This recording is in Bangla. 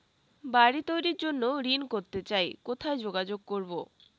বাড়ি তৈরির জন্য ঋণ করতে চাই কোথায় যোগাযোগ করবো?